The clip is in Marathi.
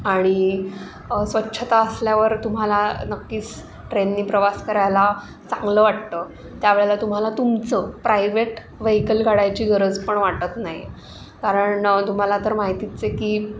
आणि स्वच्छता असल्यावर तुम्हाला नक्कीच ट्रेननी प्रवास करायला चांगलं वाटतं त्या वेळेला तुम्हाला तुमचं प्रायव्हेट वेहिकल काढायची गरज पण वाटत नाही कारण तुम्हाला तर माहितीच आहे की